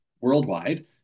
worldwide